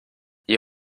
you